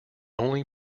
only